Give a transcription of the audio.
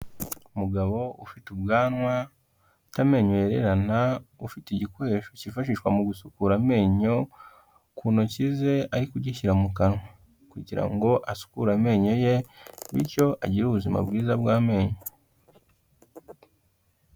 Umugabo ufite ubwanwa, amenyo yererana, ufite igikoresho cyifashishwa mu gusukura amenyo ku ntoki ze ari kugishyira mu kanwa, kugira ngo asukure amenyo ye, bityo agire ubuzima bwiza bw'amenyo.